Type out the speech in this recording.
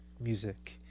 music